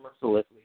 mercilessly